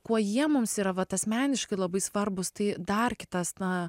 kuo jie mums yra vat asmeniškai labai svarbūs tai dar kitas na